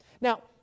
Now